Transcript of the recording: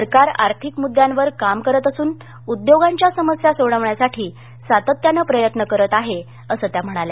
सरकार आर्थिक मुद्द्यांवर काम करत असून उद्योगांच्या समस्या सोडवण्यासाठी सातत्यानं प्रयत्न करत आहे असं त्या म्हणाल्या